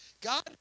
God